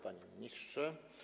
Panie Ministrze!